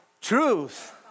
truth